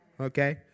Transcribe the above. Okay